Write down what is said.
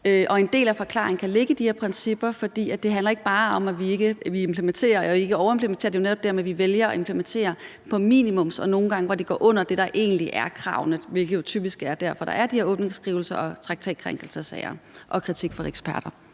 en del af forklaringen kan ligge i de her principper, for det handler ikke bare om, at vi implementerer og ikke overimplementerer; det er jo netop det her med, at vi vælger at implementere på minimumsniveau og nogle gange under det, der egentlig er kravene, hvilket jo typisk er derfor, at der er de her åbningsskrivelser, traktatkrænkelsessager og kritik fra eksperter.